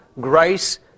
grace